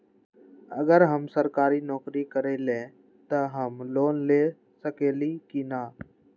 अगर हम सरकारी नौकरी करईले त हम लोन ले सकेली की न?